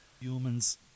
humans